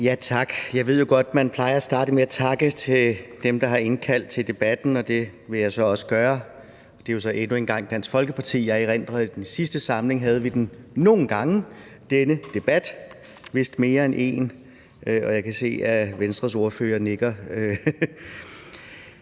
Tak. Jeg ved jo godt, at man plejer at starte med at takke dem, der har indkaldt til debatten, og det vil jeg så også gøre. Det er jo så endnu en gang Dansk Folkeparti. Jeg erindrer, at i den sidste samling havde vi denne debat nogle gange, vist mere end en gang – jeg kan se, at Venstres ordfører nikker.